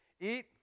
Eat